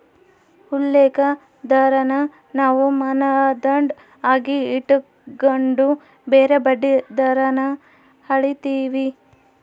ಉಲ್ಲೇಖ ದರಾನ ನಾವು ಮಾನದಂಡ ಆಗಿ ಇಟಗಂಡು ಬ್ಯಾರೆ ಬಡ್ಡಿ ದರಾನ ಅಳೀತೀವಿ